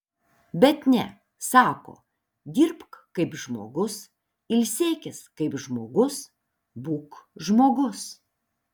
bet ne sako dirbk kaip žmogus ilsėkis kaip žmogus būk žmogus